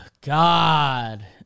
God